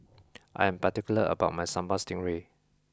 I am particular about my sambal stingray